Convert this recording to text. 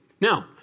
Now